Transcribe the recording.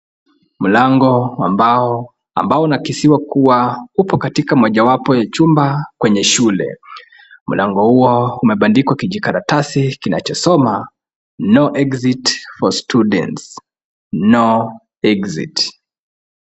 Mlango wa mbao, ambao unakisiwa kuwa, upo katika mojawapo ya chumba kwenye shule. Mlango huo umeandikwa kijikaratasi kinachosoma, no exit for students, no exit .